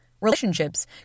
relationships